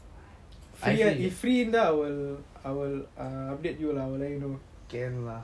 can lah